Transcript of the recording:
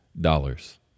dollars